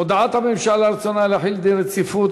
הודעת הממשלה על רצונה להחיל דין רציפות